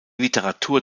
literatur